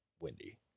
windy